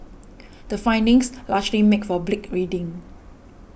the findings largely make for bleak reading